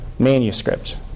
manuscript